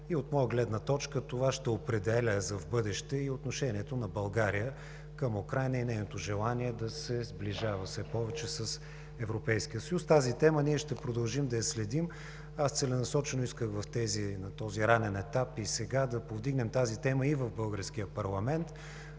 От моя гледна точка, това ще определя за в бъдеще и отношението на България към Украйна и нейното желание да се сближава все повече с Европейския съюз. Тази тема ще продължим да я следим. Аз целенасочено исках на този ранен етап и сега да повдигнем тази тема и в българския парламент.